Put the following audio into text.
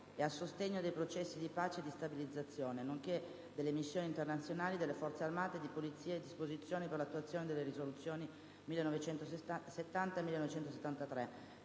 e a sostegno dei processi di pace e di stabilizzazione, nonché delle missioni internazionali delle forze armate e di polizia e disposizioni per l'attuazione delle Risoluzioni 1970